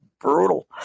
brutal